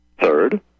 Third